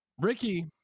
Ricky